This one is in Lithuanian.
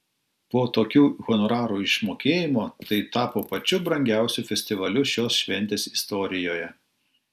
po tokių honorarų išmokėjimo tai tapo pačiu brangiausiu festivaliu šios šventės istorijoje